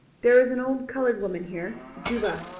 there is an old colored woman here juba,